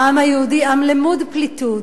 העם היהודי עם למוד פליטות,